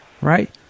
Right